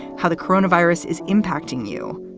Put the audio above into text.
how the corona virus is impacting you,